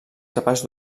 capaç